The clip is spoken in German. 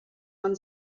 man